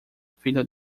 filha